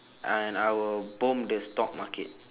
and I will bomb the stock market